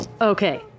okay